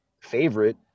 favorite